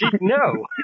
No